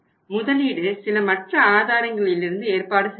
முதலீடு சில மற்ற ஆதாரங்களிலிருந்து ஏற்பாடு செய்யப்படும்